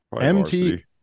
Mt